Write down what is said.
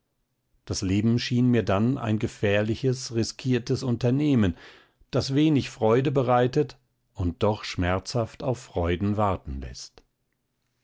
das leben schien mir dann ein gefährliches riskiertes unternehmen das wenig freude bereitet und doch schmerzhaft auf freuden warten läßt